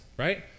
right